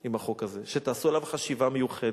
עם החוק הזה, שתעשו עליו חשיבה מיוחדת.